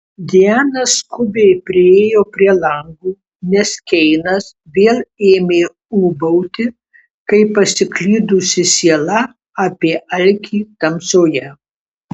diana skubiai priėjo prie lango nes keinas vėl ėmė ūbauti kaip pasiklydusi siela apie alkį tamsoje